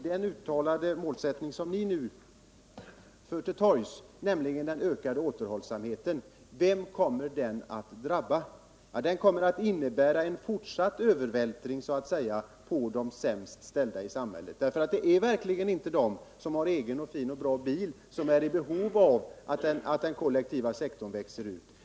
Den målsättning som ni nu för till torgs, nämligen den ökade återhållsamheten, vem kommer den att drabba? Den kommer att innebära en fortsatt övervältring på de sämst ställda i samhället. Det är verkligen inte de som har egen fin bil som är i behov av att den kollektiva sektorn byggs ut.